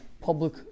public